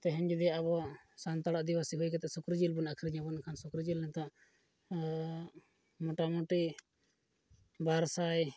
ᱛᱮᱦᱮᱧ ᱡᱩᱫᱤ ᱟᱵᱚ ᱥᱟᱱᱛᱟᱲ ᱟᱹᱫᱤᱵᱟᱹᱥᱤ ᱦᱩᱭ ᱠᱟᱛᱮᱫ ᱥᱩᱠᱨᱤ ᱡᱤᱞᱵᱚᱱ ᱟᱹᱠᱷᱨᱤᱧᱟᱵᱚᱱ ᱮᱱᱠᱷᱟᱱ ᱥᱩᱠᱨᱤ ᱡᱤᱞ ᱱᱤᱛᱚᱜ ᱢᱳᱴᱟᱢᱩᱴᱤ ᱵᱟᱨ ᱥᱟᱭ